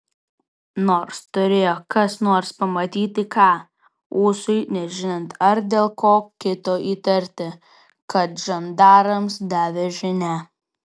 nors turėjo kas nors matyti ką ūsui nežinant ar dėl ko kito įtarti kad žandarams davė žinią